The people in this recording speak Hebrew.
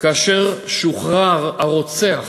כאשר שוחרר הרוצח